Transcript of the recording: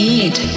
eat